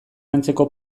antzeko